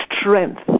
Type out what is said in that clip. strength